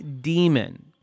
demon